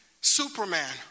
Superman